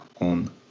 on